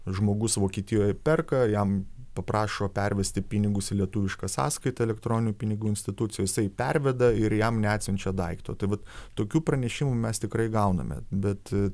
žmogus vokietijoje perka jam paprašo pervesti pinigus į lietuvišką sąskaitą elektroninių pinigų institucijos jisai perveda ir jam neatsiunčia daikto tai vat tokių pranešimų mes tikrai gauname bet